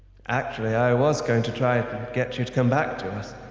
actually, i was going to try and get you to come back to us.